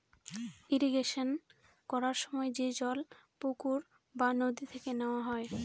irrigation করার সময় যে জল পুকুর বা নদী থেকে নেওয়া হয়